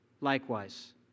likewise